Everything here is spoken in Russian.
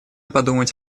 подумать